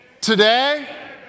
today